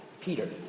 Peter